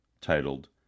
titled